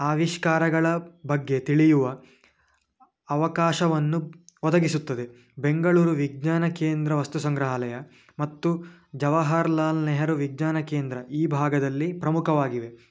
ಆವಿಷ್ಕಾರಗಳ ಬಗ್ಗೆ ತಿಳಿಯುವ ಅವಕಾಶವನ್ನು ಒದಗಿಸುತ್ತದೆ ಬೆಂಗಳೂರು ವಿಜ್ಞಾನ ಕೇಂದ್ರ ವಸ್ತು ಸಂಗ್ರಹಾಲಯ ಮತ್ತು ಜವಹಾರ್ ಲಾಲ್ ನೆಹರು ವಿಜ್ಞಾನ ಕೇಂದ್ರ ಈ ಭಾಗದಲ್ಲಿ ಪ್ರಮುಖವಾಗಿವೆ